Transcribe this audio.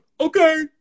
Okay